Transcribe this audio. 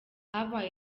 habaye